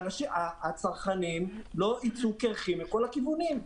שהצרכנים לא ייצאו קירחים מכל הכיוונים.